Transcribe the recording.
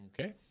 Okay